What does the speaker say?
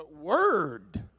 word